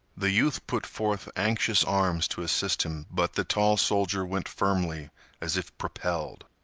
the youth put forth anxious arms to assist him, but the tall soldier went firmly as if propelled.